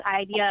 idea